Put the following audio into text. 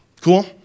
cool